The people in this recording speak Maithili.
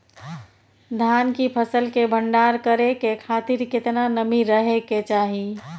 धान की फसल के भंडार करै के खातिर केतना नमी रहै के चाही?